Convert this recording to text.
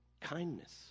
Kindness